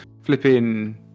flipping